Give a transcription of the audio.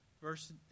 verse